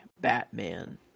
batman